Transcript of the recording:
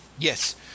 Yes